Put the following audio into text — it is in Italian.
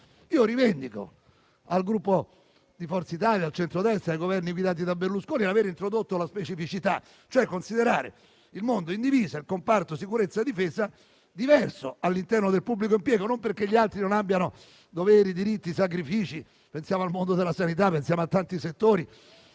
Rivendico al Gruppo di Forza Italia, al centrodestra e ai Governi guidati da Berlusconi di aver introdotto il tema della specificità, cioè il fatto di considerare il mondo in divisa e il comparto sicurezza e difesa come diverso all'interno del pubblico impiego, non perché gli altri non abbiano doveri, diritti e sacrifici (basti pensare al mondo della sanità e a tanti settori